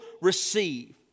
receive